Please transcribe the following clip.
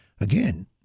again